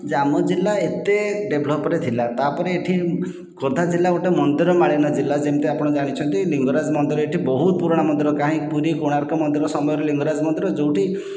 ଯେ ଆମ ଜିଲ୍ଲା ଏତେ ଡେଭଲପରେ ଥିଲା ତା ପରେ ଏଠି ଖୋର୍ଦ୍ଧା ଜିଲ୍ଲା ଗୋଟିଏ ମନ୍ଦିର ମାଳିନ ଜିଲ୍ଲା ଯେମିତି ଆପଣ ଜାଣିଛନ୍ତି ଲିଙ୍ଗରାଜ ମନ୍ଦିର ଏଠି ବହୁତ ପୁରୁଣା ମନ୍ଦିର କାହିଁକିନା ପୁରୀ କୋଣାର୍କ ସମୟରେ ଲିଙ୍ଗରାଜ ମନ୍ଦିର ଯେଉଁଠି